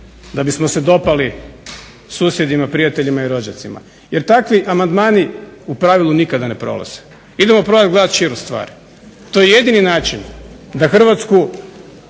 da bismo se dopali susjedima, prijateljima i rođacima. Jer takvi amandmani u pravilu nikada ne prolaze. Idemo probati gledati širu stvar. To je jedini način da Hrvatsku